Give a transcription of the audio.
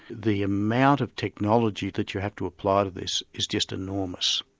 the amount of technology that you have to apply to this is just enormous.